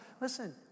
listen